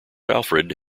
alfred